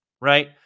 right